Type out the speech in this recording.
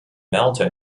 malta